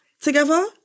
together